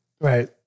Right